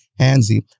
handsy